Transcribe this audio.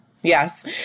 Yes